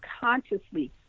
consciously